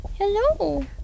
Hello